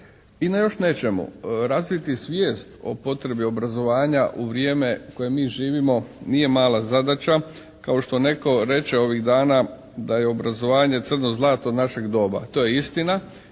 I na još nečemu. Razviti svijest o potrebi obrazovanja u vrijeme u kojem mi živimo nije mala zadaća kao što netko reče ovih dana da je obrazovanje crno zlato našeg doba. To je istina